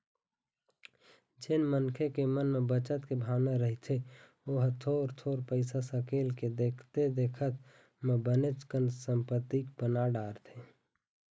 जेन मनखे के मन म बचत के भावना रहिथे ओहा थोर थोर पइसा सकेल के देखथे देखत म बनेच कन संपत्ति बना डारथे